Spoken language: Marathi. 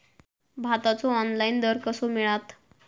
भाताचो ऑनलाइन दर कसो मिळात?